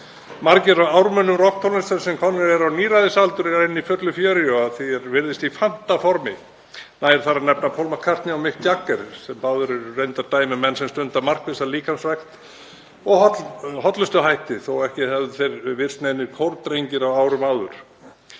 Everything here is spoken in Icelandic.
Margir af ármönnum rokktónlistar sem komnir eru á níræðisaldur eru enn í fullu fjöri og að því er virðist í fantaformi. Nægir þar að nefna Paul McCartney og Mick Jagger, sem báðir eru reyndar dæmi um menn sem stunda markvissa líkamsrækt og hollustuhætti þótt ekki hafi þeir virst neinir kórdrengir á árum áður.